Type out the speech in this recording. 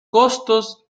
costos